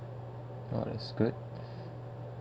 alright is good